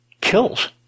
Kills